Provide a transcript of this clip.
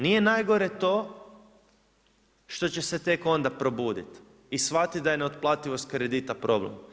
Nije najgore to što će se tek onda probudit i shvatiti da je neotplativnost kredita problem.